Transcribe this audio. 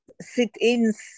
sit-ins